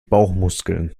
bauchmuskeln